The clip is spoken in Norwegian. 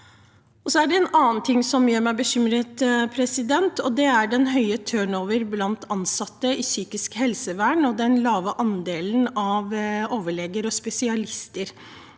en annen ting som gjør meg bekymret, og det er den høye turnover blant ansatte i psykisk helsevern og den lave andelen overleger og spesialister.